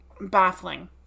baffling